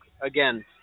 again